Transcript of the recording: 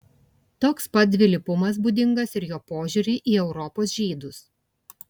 toks pat dvilypumas būdingas ir jo požiūriui į europos žydus